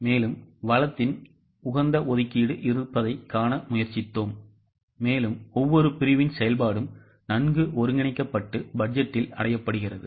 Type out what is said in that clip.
எனவே வளத்தின் உகந்த ஒதுக்கீடு இருப்பதைக் காண முயற்சித்தோம் மேலும் ஒவ்வொரு பிரிவின் செயல்பாடும் நன்கு ஒருங்கிணைக்கப்பட்டு பட்ஜெட்டில் அடையப்படுகிறது